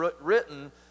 written